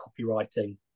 copywriting